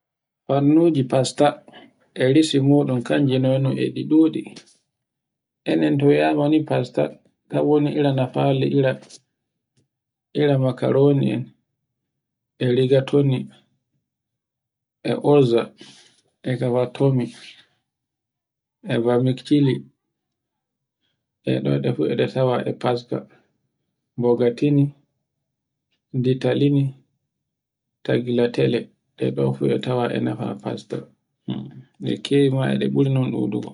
Fannuji fasta e risi muɗum kanji noye e ɗi ɗuɗi. E nen to yiyayi ma ni fasta tan womni ira no fali ira, ira makaroni, e rigatoni, e oza, e gabatomi, e bamiktili. E ɗe ɗefu e ɗe tawa eɗe fasta, mogatini, ditalini, tagilatele, e ɗe fu e tawa e nafa fasta ke kewi ma e ɗe buri non ɗuɗugo.